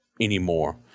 anymore